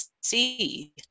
see